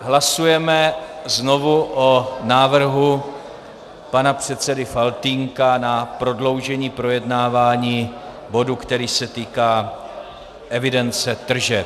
Hlasujeme znovu o návrhu pana předsedy Faltýnka, o prodloužení projednávání bodu, který se týká evidence tržeb.